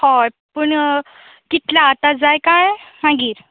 हय पूण कितले आतां जाय काय मागीर